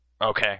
Okay